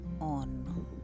on